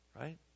Right